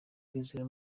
kwizera